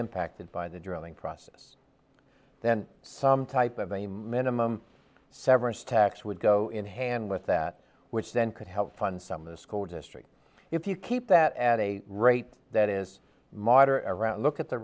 impacted by the drilling process then some type of a minimum severance tax would go in hand with that which then could help fund some of the school districts if you keep that at a rate that is marter around look at the